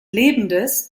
lebendes